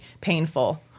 painful